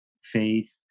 faith